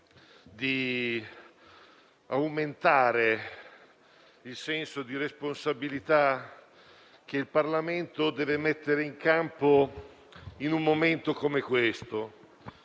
di aumentare il senso di responsabilità che il Parlamento deve mettere in campo in un momento come questo.